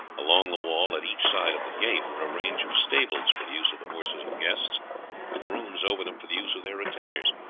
along the wall, at each side of the gate, were a range of stables for the use of the horses of guests with rooms over them for the use of their retainers.